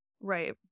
right